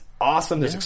awesome